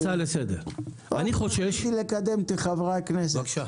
רציתי לקדם את חברי הכנסת,